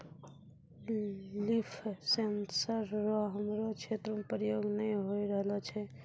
लिफ sensor रो हमरो क्षेत्र मे प्रयोग नै होए रहलो छै